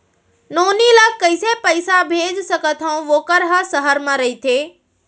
नोनी ल कइसे पइसा भेज सकथव वोकर ह सहर म रइथे?